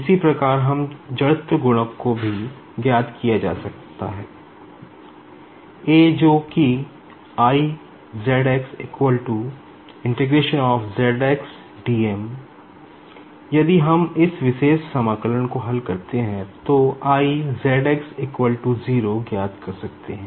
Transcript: इसी प्रकार हम जड़त्व गुणक को भी ज्ञात किया जा सकता हैए जो कि I ZX यदि हम इस विशेष इंटीग्रेशन को हल करते हैं तो I ZX 0 ज्ञात कर सकते है